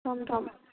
থম থম